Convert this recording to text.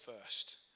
first